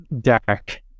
dark